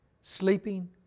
sleeping